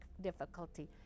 difficulty